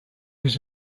was